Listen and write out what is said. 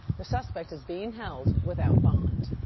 the suspect is being held without bond.